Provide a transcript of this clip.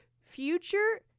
future